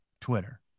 Twitter